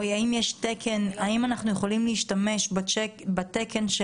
או האם אנחנו יכולים להשתמש בתקן של